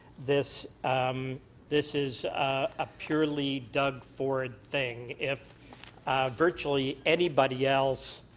this um this is a purely doug ford thing. if virtually anybody else